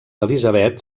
elizabeth